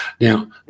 Now